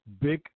Big